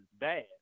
bad